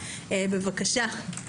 בבקשה.